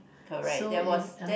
so if ya